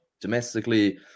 domestically